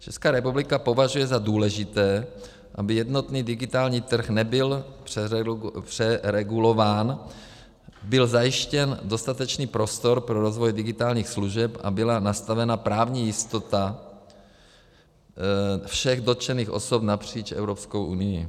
Česká republika považuje za důležité, aby jednotný digitální trh nebyl přeregulován, byl zajištěn dostatečný prostor pro rozvoj digitálních služeb a byla nastavena právní jistota všech dotčených osob napříč Evropskou unií.